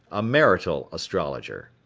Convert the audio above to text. a marital astrologer.